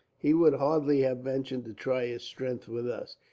he would hardly have ventured to try his strength with us,